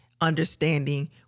understanding